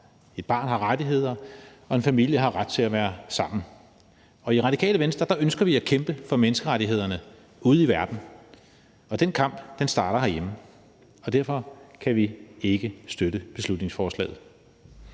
et barn har rettigheder, og at en familie har ret til at være sammen. I Radikale Venstre ønsker vi at kæmpe for menneskerettighederne ude i verden, og den kamp starter herhjemme, og derfor kan vi ikke støtte beslutningsforslaget.